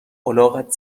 الاغت